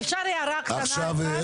אפשר הערה קטנה אחת?